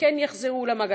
שכן יחזרו למעגל.